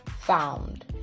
found